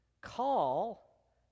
call